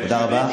תודה רבה.